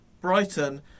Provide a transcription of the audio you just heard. Brighton